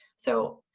so,